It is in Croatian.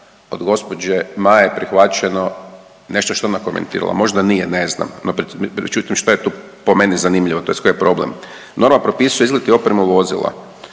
od gospođe Maje prihvaćeno nešto što je ona komentirala, možda nije, ne znam. No međutim, što je tu po meni zanimljivo, tj. koji je problem. Norma propisuje izgled i opremu vozila.